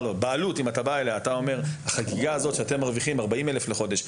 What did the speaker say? לבעלות ואומר לה שהחגיגה הזאת שאתם מרוויחים 40 אלף שקל לחודש,